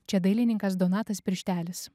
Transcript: čia dailininkas donatas pirštelis